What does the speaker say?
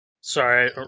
Sorry